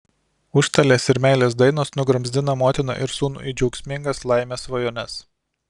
užstalės ir meilės dainos nugramzdina motiną ir sūnų į džiaugsmingas laimės svajones